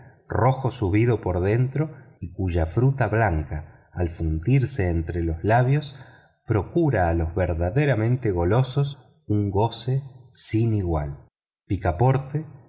rojo subido por dentro y cuya fruta blanca al fundirse entre los labios procura a los verdaderamente golosos un goce sin igual picaporte